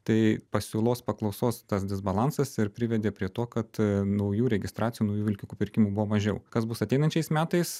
tai pasiūlos paklausos tas disbalansas ir privedė prie to kad naujų registracijų naujų vilkikų pirkimų buvo mažiau kas bus ateinančiais metais